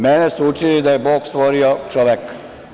Mene su učili da je Bog stvorio čoveka.